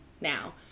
now